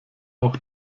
auch